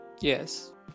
yes